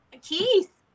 Keith